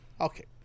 Okay